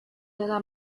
della